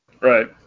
Right